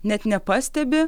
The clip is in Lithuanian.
net nepastebi